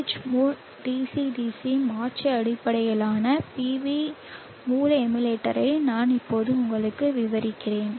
சுவிட்ச் mode DC DC மாற்றி அடிப்படையிலான PV மூல எமுலேட்டரை நான் இப்போது உங்களுக்கு விவரிக்கிறேன்